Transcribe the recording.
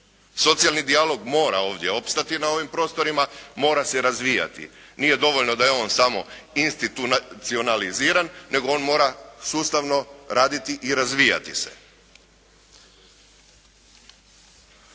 Socijalni dijalog mora ovdje opstati na ovim prostorima, mora se razvijati. Nije dovoljno da je on samo institucionaliziran nego on mora sustavno raditi i razvijati se.